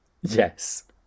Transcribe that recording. Yes